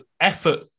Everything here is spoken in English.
effort